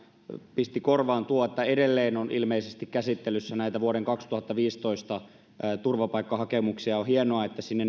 pisti korvaan tuo että edelleen on ilmeisesti käsittelyssä näitä vuoden kaksituhattaviisitoista turvapaikkahakemuksia on hienoa että sinne